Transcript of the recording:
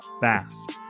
fast